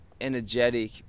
energetic